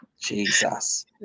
Jesus